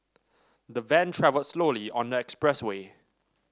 the van travelled slowly on the expressway